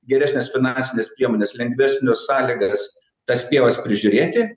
geresnes finansines priemones lengvesnių sąlygas tas pievas prižiūrėti